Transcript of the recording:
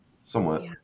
somewhat